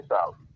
out